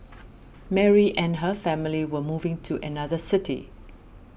Mary and her family were moving to another city